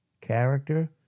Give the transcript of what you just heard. character